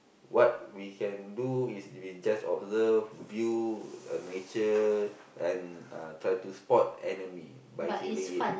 what we can do is we just observe view nature and uh try to spot enemy by killing it